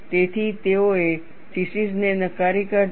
તેથી તેઓએ થીસીસને નકારી કાઢી